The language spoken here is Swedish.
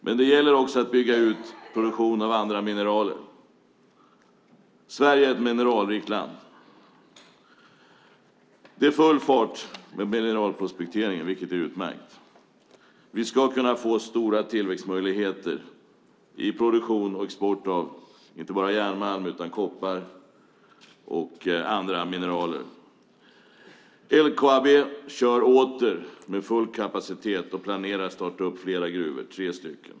Men det gäller också att bygga ut produktion av andra mineraler. Sverige är ett mineralrikt land. Det är full fart med mineralprospekteringen, vilket är utmärkt. Vi ska kunna få tillväxtmöjligheter i produktion och export av inte bara järnmalm utan också koppar och andra mineraler. LKAB kör åter med full kapacitet och planerar att starta upp tre gruvor.